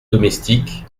domestique